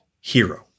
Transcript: hero